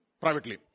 privately